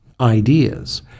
ideas